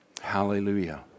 Hallelujah